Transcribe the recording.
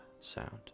sound